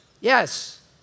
Yes